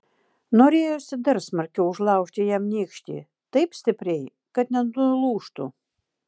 norėjosi dar smarkiau užlaužti jam nykštį taip stipriai kad net nulūžtų